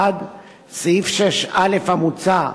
1. סעיף 6א המוצע,